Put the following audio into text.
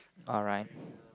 alright